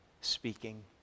speaking